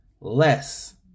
less